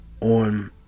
on